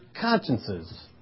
consciences